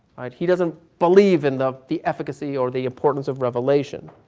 he doesn't believe in the the efficacy or the importance of revelation,